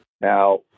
Now